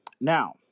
Now